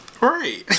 Right